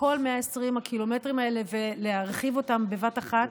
כל 120 הקילומטרים האלה ולהרחיב אותם בבת אחת.